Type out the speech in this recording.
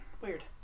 weird